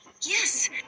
Yes